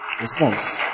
Response